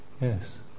yes